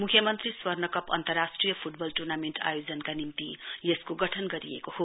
म्ख्यमन्त्री स्वर्णकप अन्तराष्ट्रि फुटबल ट्र्नामेण्ट आयोजनाका निम्ति यसको गठन गरिएको हो